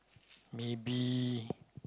maybe